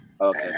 Okay